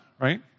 right